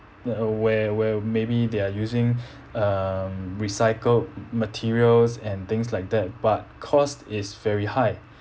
the where where maybe they are using um recycled materials and things like that but cost is very high